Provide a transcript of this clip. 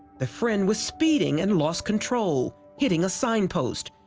the friend was speeding and lost control, hitting a sign post.